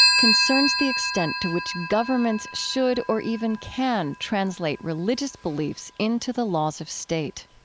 concerns the extent to which governments should or even can translate religious beliefs into the laws of state.